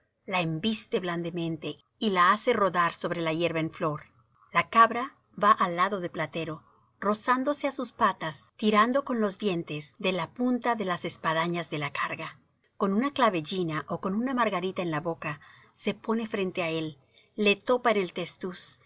la embiste blandamente y la hace rodar sobre la hierba en flor la cabra va al lado de platero rozándose á sus patas tirando con los dientes de la punta de las espadañas de la carga con una clavellina ó con una margarita en la boca se pone frente á él le topa en el testuz